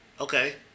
Okay